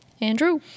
Andrew